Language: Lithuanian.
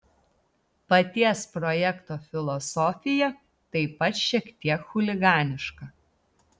paties projekto filosofija taip pat šiek tiek chuliganiška